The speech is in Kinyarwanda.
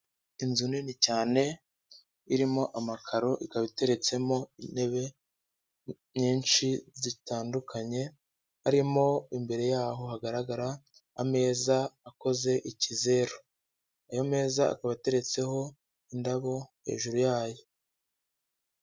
Inzu nini cyane irimo amakaro ikaba iteretsemo intebe nyinshi zitandukanye, harimo imbere yaho hagaragara ameza akoze ikizeru, ayo meza akaba ateretseho indabo hejuru yayo.